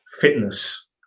fitness